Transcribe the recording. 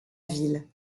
ville